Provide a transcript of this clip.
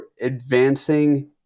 advancing